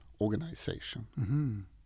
organization